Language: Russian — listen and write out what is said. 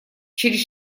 через